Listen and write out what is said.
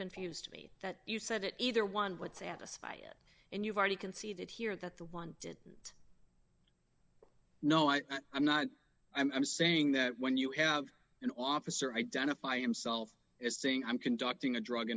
confused me that you said that either one would satisfy it and you've already conceded here that the one that no i am not i'm saying that when you have an officer identify himself as saying i'm conducting a drug